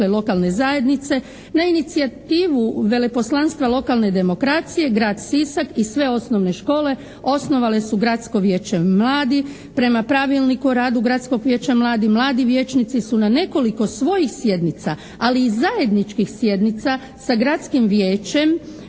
Na inicijativu veleposlanstva lokalne demokracije grad Sisak i sve osnovne škole osnovale su gradsko vijeće mladih. Prema Pravilniku o radu gradskog vijeća mladih mladi vijećnici su na nekoliko svojih sjednica, ali i zajedničkih sjednica sa gradskim vijećem